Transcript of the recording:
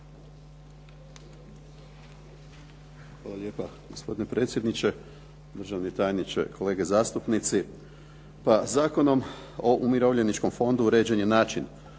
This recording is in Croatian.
Hvala lijepa gospodine predsjedniče, državni tajniče, kolege zastupnici. Pa Zakonom o umirovljeničkom fondu uređen je način